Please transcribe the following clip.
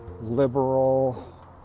liberal